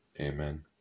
Amen